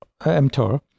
mTOR